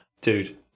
Dude